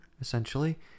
essentially